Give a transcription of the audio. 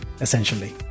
essentially